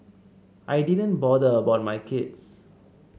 I didn't bother about my kids